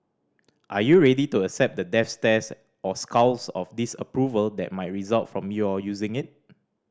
are you ready to accept the death stares or scowls of disapproval that might result from your using it